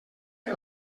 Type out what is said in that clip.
que